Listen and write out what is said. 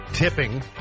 Tipping